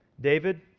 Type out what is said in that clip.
David